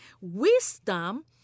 Wisdom